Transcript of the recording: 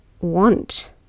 want